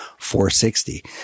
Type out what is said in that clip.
460